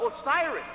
Osiris